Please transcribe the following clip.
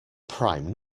prime